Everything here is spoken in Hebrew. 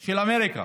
של אמריקה.